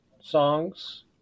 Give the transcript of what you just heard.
songs